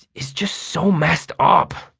is just so messed up,